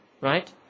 right